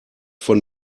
von